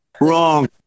Wrong